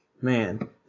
man